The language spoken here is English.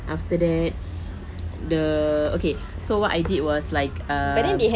after that the okay so what I did was like uh